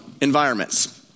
environments